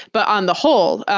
but on the whole,